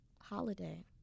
holiday